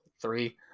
three